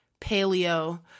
paleo